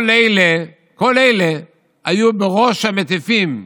כל אלה היו בראש המטיפים,